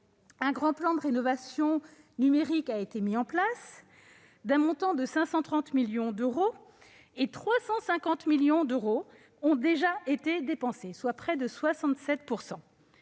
un grand plan de rénovation numérique a été mis en place, d'un montant de 530 millions d'euros, dont 350 millions d'euros, soit près de 67